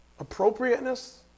appropriateness